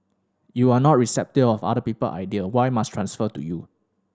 you are not receptive of other people idea y must transfer to you